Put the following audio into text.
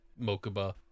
Mokuba